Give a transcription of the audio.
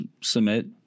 submit